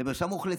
למרשם האוכלוסין,